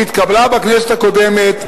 שהתקבלה בכנסת הקודמת,